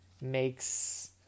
makes